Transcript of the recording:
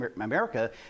America